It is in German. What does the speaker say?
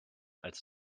als